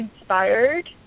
inspired